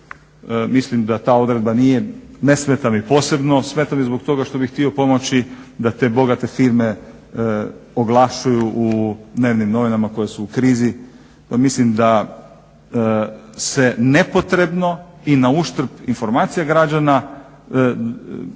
Mislim da ta odredba nije, ne smeta mi posebno. Smeta mi zbog toga što bih htio pomoći da te bogate firme oglašuju u dnevnim novinama koje su u krizi. Mislim da se nepotrebno i na uštrb informacija građana